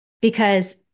Because-